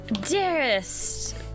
Dearest